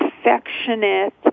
affectionate